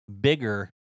bigger